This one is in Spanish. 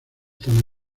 tan